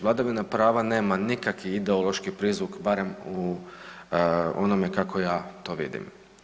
Vladavina prava nema nikakav ideološki prizvuk, barem u onome kako ja to vidim.